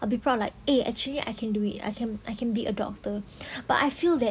I'll be proud like eh actually I can do it I can I can be a doctor but I feel that